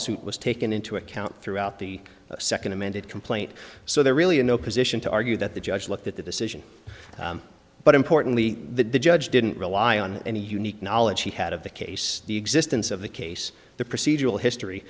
suit was taken into account throughout the second amended complaint so they're really in no position to argue that the judge looked at the decision but importantly that the judge didn't rely on any unique knowledge he had of the case the existence of the case the procedural